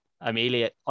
Amelia